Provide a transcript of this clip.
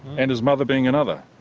and his mother being another.